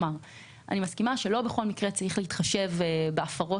אני מסכימה שלא בכל מקרה צריך להתחשב בהפרות